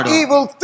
evil